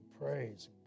Praise